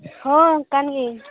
ᱦᱚᱸ ᱠᱟᱱ ᱜᱤᱭᱟᱹᱧ